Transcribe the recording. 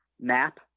map